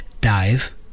Dive